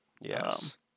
Yes